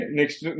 next